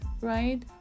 right